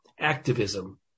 activism